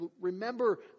Remember